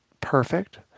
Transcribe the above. perfect